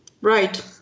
Right